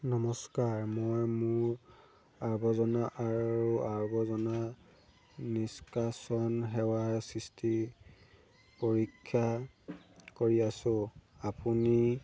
নমস্কাৰ মই মোৰ আৱৰ্জনা আৰু আৱৰ্জনা নিষ্কাশন সেৱাৰ স্থিতি পৰীক্ষা কৰি আছোঁ আপুনি